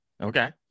okay